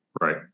Right